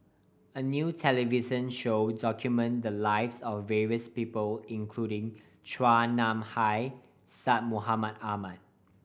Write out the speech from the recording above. a new television show documented the lives of various people including Chua Nam Hai Syed Mohamed Ahmed